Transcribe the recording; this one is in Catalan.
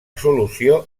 solució